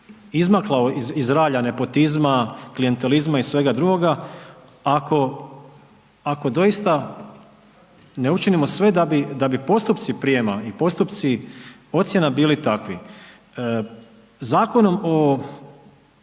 izmakla iz ralja nepotizma, klijentelizma i svega drugoga, ako, ako doista ne učinimo sve da bi postupci prijama i postupci ocjena bili takvi. Zakonom o